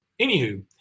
anywho